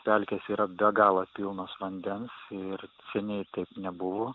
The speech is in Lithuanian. pelkės yra be galo pilnos vandens ir seniai taip nebuvo